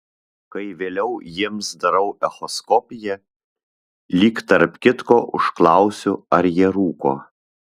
kai vėliau jiems darau echoskopiją lyg tarp kitko užklausiu ar jie rūko